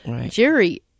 Jerry